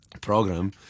program